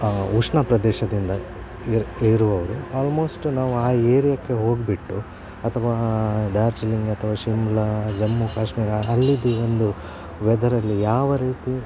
ಉಷ್ಣ ಪ್ರದೇಶದಿಂದ ಇರುವವರು ಆಲ್ಮೋಸ್ಟ್ ನಾವು ಆ ಏರಿಯಾಕ್ಕೆ ಹೋಗಿಬಿಟ್ಟು ಅಥವಾ ಡಾರ್ಜಿಲಿಂಗ್ ಅಥವಾ ಶಿಮ್ಲಾ ಜಮ್ಮು ಕಾಶ್ಮೀರ ಅಲ್ಲಿದ್ದ ಒಂದು ವೆದರಲ್ಲಿ ಯಾವ ರೀತಿ